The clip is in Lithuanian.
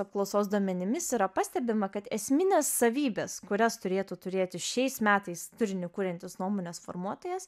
apklausos duomenimis yra pastebima kad esminės savybės kurias turėtų turėti šiais metais turinį kuriantys nuomonės formuotojas